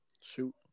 Shoot